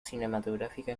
cinematográfica